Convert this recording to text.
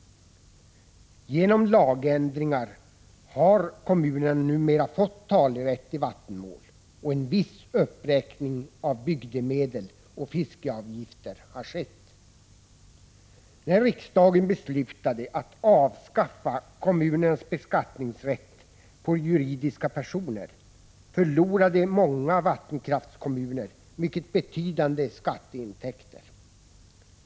Genom lagändringar har kommunerna numera talerätt i vattenmål, och en viss uppräkning av bygdemedel och fiskeavgifter har skett. När riksdagen beslutade att avskaffa kommunernas beskattningsrätt beträffande juridiska personer förlorade många vattenkraftskommuner mycket betydande skatteintäkter.